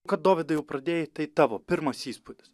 kad dovydu jau pradėjai tai tavo pirmas įspūdis